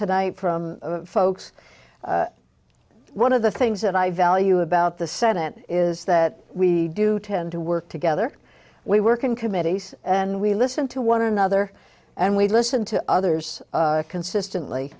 tonight from folks one of the things that i value about the senate is that we do tend to work together we work in committees and we listen to one another and we listen to others consistently